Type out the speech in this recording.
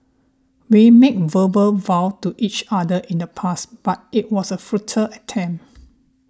we made verbal vows to each other in the past but it was a futile attempt